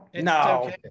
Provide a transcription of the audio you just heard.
No